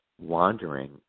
wandering